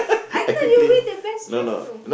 I thought you win the best dress no